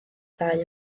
ddau